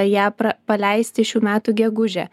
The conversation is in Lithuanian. ją pra paleisti šių metų gegužę